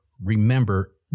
remember